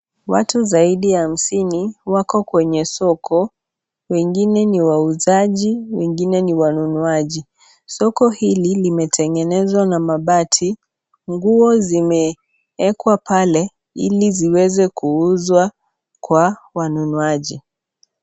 Watu zaidi ya hamsini, wako kwenye soko. Wengine ni wauzaji, wengine ni wanunuaji. Soko hili, limetengenezwa na mabati. Nguo zimewekwa pale, ili ziweze kuuzwa kwa wanunuaji.